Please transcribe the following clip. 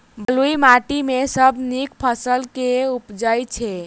बलुई माटि मे सबसँ नीक फसल केँ उबजई छै?